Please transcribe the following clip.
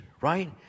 right